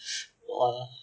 !wah!